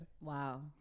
wow